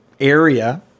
area